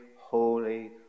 holy